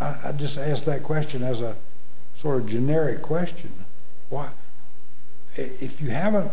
i just asked that question as a sort of generic question why if you haven't